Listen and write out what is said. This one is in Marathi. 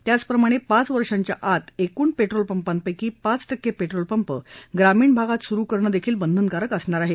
त्याचप्रमाणे पाच वर्षांच्या आत एकूण पेट्रोलपंपांपैकी पाच टक्के पेट्रोलपंप ग्रामीण भागात सुरु करणंही बंधनकारक असणार आहे